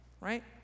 right